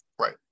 Right